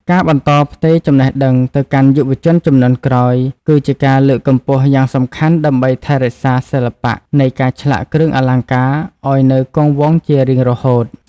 ការបន្តផ្ទេរចំណេះដឹងទៅកាន់យុវជនជំនាន់ក្រោយគឺជាការលើកកម្ពស់យ៉ាងសំខាន់ដើម្បីថែរក្សាសិល្បៈនៃការឆ្លាក់គ្រឿងអលង្ការឲ្យនៅគង់វង្សជារៀងរហូត។